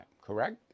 correct